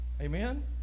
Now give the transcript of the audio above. Amen